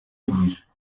widzisz